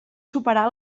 superar